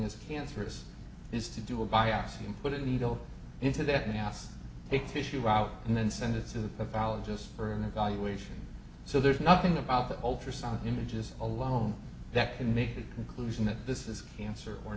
is cancerous is to do a biopsy and put a needle into that mass take tissue out and then send it to the pathologist for an evaluation so there's nothing about the ultrasound images alone that can make the inclusion that this is a cancer or